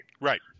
Right